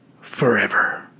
forever